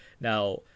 Now